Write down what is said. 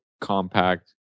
compact